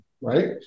right